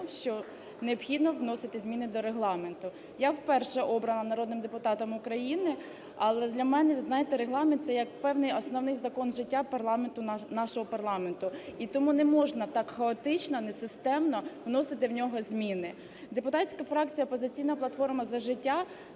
що необхідно вносити зміни до Регламенту. Я вперше обрана народним депутатом України, але для мене, ви знаєте, Регламент – це як певний основний закон життя парламенту, нашого парламенту. І тому не можна так хаотично, несистемно вносити в нього зміни. Депутатська фракція "Опозиційна платформа - За життя"